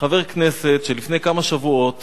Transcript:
חבר כנסת שלפני כמה שבועות